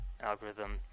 algorithm